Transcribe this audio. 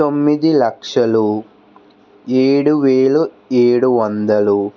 తొమ్మిదిలక్షలు ఏడువేలు ఏడువందలు